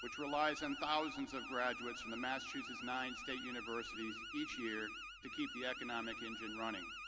which relies on thousands of graduates from the masachussets nine state universities each year to keep the economic engine running.